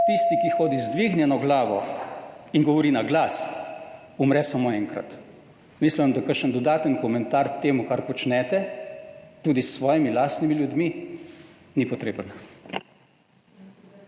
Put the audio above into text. Tisti, ki hodi z dvignjeno glavo in govori na glas, umre samo enkrat." Mislim, da kakšen dodaten komentar k temu, kar počnete tudi s svojimi lastnimi ljudmi, ni potreben.